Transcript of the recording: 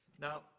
Now